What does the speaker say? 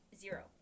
zero